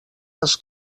les